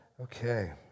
Okay